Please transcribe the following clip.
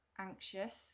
anxious